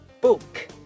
Book